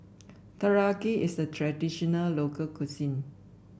teriyaki is a traditional local cuisine